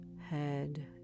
head